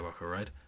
right